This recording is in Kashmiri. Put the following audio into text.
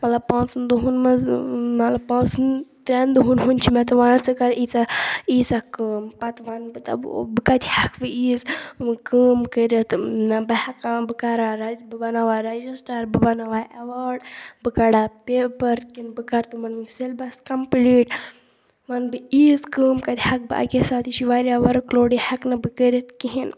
مطلب پانٛژَن دۄہَن منٛز مطلب پانٛژَن ترٛٮ۪ن دۄہَن ہُنٛد چھِ مےٚ تِم وَنان ژٕ کَر ییٖژاہ ییٖژاہ کٲم پَتہٕ وَنہٕ بہٕ دَپہوکھ بہٕ کَتہِ ہیٚکہٕ وۄنۍ ییٖژ کٲم کٔرِتھ نہ بہٕ ہٮ۪کان بہٕ کَرا رَج بہٕ بَناوا رٮ۪جِسٹَر بہٕ بَناوا اٮ۪واڈ بہٕ کَڑا پیپَر کِنہٕ بہٕ کَرٕ تِمَن سٮ۪لبَس کَمپٕلیٖٹ وَنہٕ بہٕ ییٖژ کٲم کَتہِ ہٮ۪کہٕ بہٕ اَکے ساتہٕ یہِ چھی واریاہ ؤرٕک لوڈ یہِ ہٮ۪کہٕ نہٕ بہٕ کٔرِتھ کِہیٖنۍ